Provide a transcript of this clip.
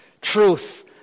truth